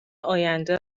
آینده